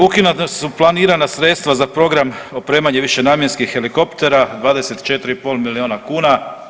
Ukinuta su planirana sredstva za program opremanje višenamjenskih helikoptera 24,5 milijuna kuna.